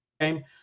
game